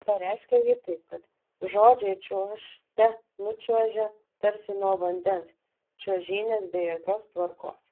pareiškia ji taip kad žodžiai čiuožte nučiuožia tarsi nuo vandens čiuožynės be jokios tvarkos